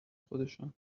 خودشان